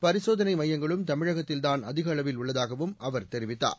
பரிசோதனை மையங்களும் தமிழகத்தில்தான் அதிக அளவில் உள்ளதாகவும் அவர் தெரிவித்தார்